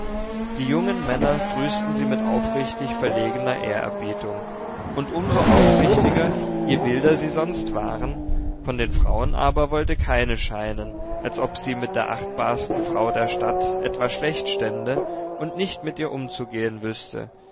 die jungen männer grüßten sie mit aufrichtig verlegener ehrerbietung und um so aufrichtiger je wilder sie sonst waren von den frauen aber wollte keine scheinen als ob sie mit der achtbarsten frau der stadt etwa schlecht stände und nicht mit ihr umzugehen wüßte